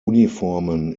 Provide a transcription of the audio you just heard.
uniformen